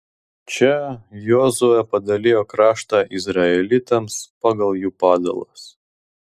čia jozuė padalijo kraštą izraelitams pagal jų padalas